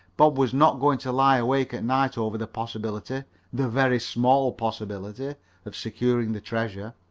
bob was not going to lie awake at night over the possibility the very small possibility of securing the treasure.